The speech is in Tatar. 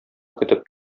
көтеп